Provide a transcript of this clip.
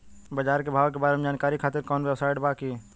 बाजार के भाव के बारे में जानकारी खातिर कवनो वेबसाइट बा की?